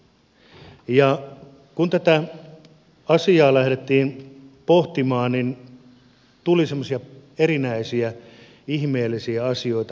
kun tätä asiaa lähdettiin pohtimaan tuli semmoisia erinäisiä ihmeellisiä asioita vastaan